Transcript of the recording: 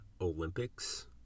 Olympics